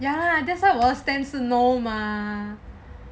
!huh! that's why 我的 stand 是 no mah